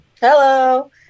hello